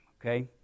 okay